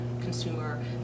consumer